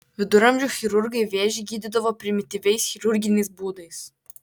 viduramžių chirurgai vėžį gydydavo primityviais chirurginiais būdais